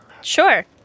Sure